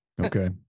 Okay